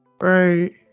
Right